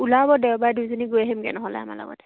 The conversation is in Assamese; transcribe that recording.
ওলাব দেওবাৰে দুইজনী গৈ আহিমগৈ নহ'লে আমাৰ লগতে